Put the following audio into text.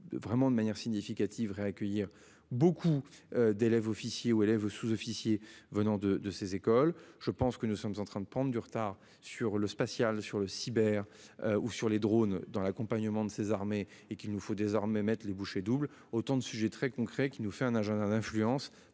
vraiment de manière significative ré-accueillir beaucoup. D'élèves officiers ou élève sous-officiers venant de de ces écoles. Je pense que nous sommes en train de prendre du retard sur le spatial sur le cyber ou sur les drônes dans l'accompagnement de ces armées et qu'il nous faut désormais mettent les bouchées doubles. Autant de sujets très concrets qui nous fait un agenda d'influence